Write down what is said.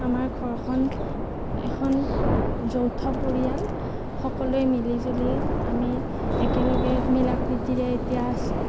আমাৰ ঘৰখন এখন যৌথ পৰিয়াল সকলোৱে মিলিজুলি আমি একেলগে মিলাপ্ৰীতিৰে এতিয়া আছোঁ